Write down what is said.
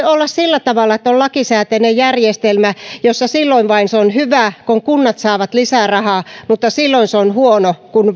olla sillä tavalla että on lakisääteinen järjestelmä joka vain silloin on hyvä kun kunnat saavat lisärahaa mutta silloin se on huono kun